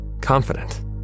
confident